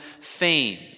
fame